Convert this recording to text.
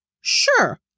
Sure